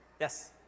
Yes